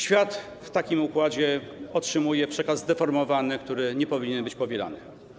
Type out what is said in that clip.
Świat w takim układzie otrzymuje przekaz zdeformowany, który nie powinien być powielany.